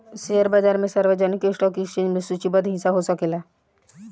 share बाजार में सार्वजनिक स्टॉक एक्सचेंज में सूचीबद्ध हिस्सा हो सकेला